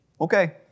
Okay